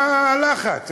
מה הלחץ?